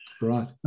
Right